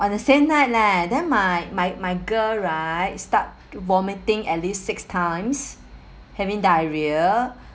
on the same night leh then my my my girl right start vomiting at least six times having diarrhoea